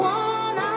one